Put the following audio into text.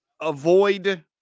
avoid